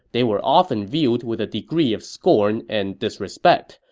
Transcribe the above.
they were often viewed with a degree of scorn and disrespect,